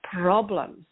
problems